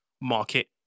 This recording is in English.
market